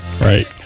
right